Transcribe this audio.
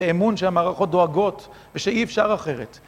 אמון שהמערכות דואגות, ושאי אפשר אחרת.